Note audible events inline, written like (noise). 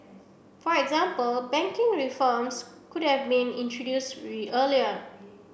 for example banking reforms could have been introduced (unintelligible) earlier